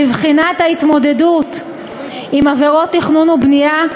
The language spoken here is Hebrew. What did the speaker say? לבחינת ההתמודדות עם עבירות תכנון ובנייה.